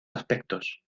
aspectos